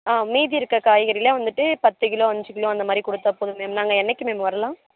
ஆ மீதி இருக்கிற காய்கறிலாம் வந்துட்டு பத்து கிலோ அஞ்சு கிலோ அந்தமாதிரி கொடுத்தா போதும் மேம் நாங்கள் என்றைக்கு மேம் வரலாம்